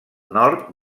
nord